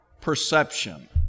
perception